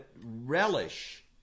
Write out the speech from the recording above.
relish